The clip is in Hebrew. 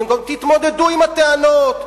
תתמודדו עם הטענות.